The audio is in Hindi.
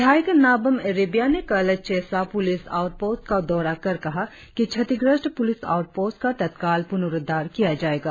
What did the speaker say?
विधायक नाबम रेबिया ने कल चेसा पुलिस आउटपोस्ट का दौरा कर कहा कि क्षतिग्रस्त पुलिस अउटपोस्ट का तत्काल पुनुरुद्वार किया जाएगा